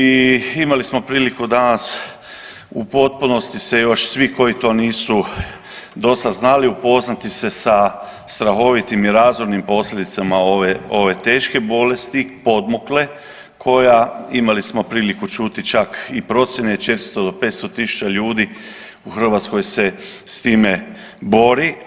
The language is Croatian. I imali smo priliku danas u potpunosti se još svi koji to nisu dosada znali upoznati se sa strahovitim i razornim posljedicama ove, ove teške bolesti, podmukle koja imali smo priliku čuti čak i procijene 400 do 500 tisuća ljudi u Hrvatskoj se s time bori.